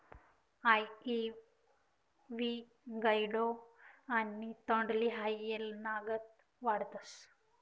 आइवी gourd आणि तोंडली हाई येलनागत वाढतस